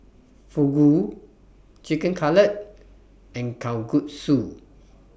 Fugu Chicken Cutlet and Kalguksu